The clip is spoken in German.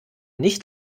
nicht